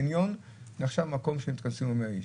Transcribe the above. קניון נחשב מקום שמתכנסים בו 100 איש.